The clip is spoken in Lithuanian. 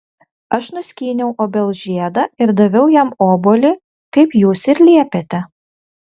aš nuskyniau obels žiedą ir daviau jam obuolį kaip jūs ir liepėte